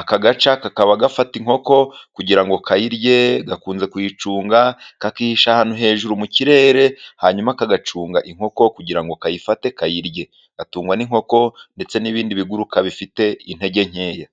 Aka gaca kakaba gafata inkoko, kugira ngo kayirye gakunze kuyicunga, kakihisha ahantu hejuru mu kirere, hanyuma kagacunga inkoko kugira ngo kayifate kayirye. Gatungwa n'inkoko, ndetse n'ibindi biguruka bifite intege nkeya.